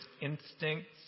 instincts